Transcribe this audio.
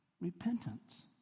repentance